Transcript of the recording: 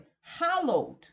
Hallowed